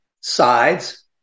sides